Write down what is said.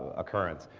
occurrence.